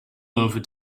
over